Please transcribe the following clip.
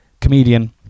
comedian